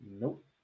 Nope